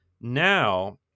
now